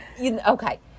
okay